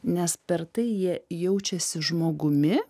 nes per tai jie jaučiasi žmogumi